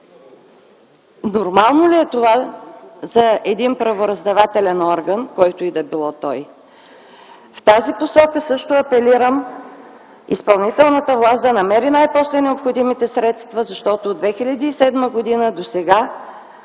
Нормално ли е това за един правораздавателен орган, който и да бил той? В тази посока апелирам също изпълнителната власт да намери най-после необходимите средства, защото от 2007 г. досега